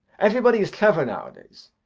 everybody is clever nowadays.